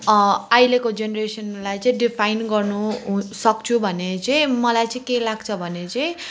अहिलेको जेनरेसनलाई चाहिँ डिफाइन गर्नु हुँ सक्छु भने चाहिँ मलाई चाहिँ के लाग्छ भने चाहिँ